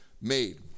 made